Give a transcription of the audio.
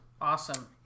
Awesome